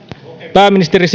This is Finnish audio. pääministeri